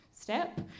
step